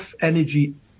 energy